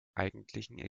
eigentlichen